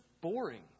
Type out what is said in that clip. boring